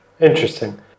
Interesting